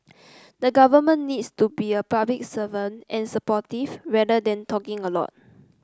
the government needs to be a public servant and supportive rather than talking a lot